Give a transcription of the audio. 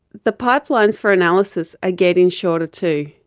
the pipelines for analysis are getting shorter too.